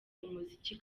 umuziki